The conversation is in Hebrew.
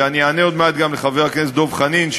ואני אענה עוד מעט גם לחבר הכנסת דב חנין,